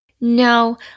No